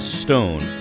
stone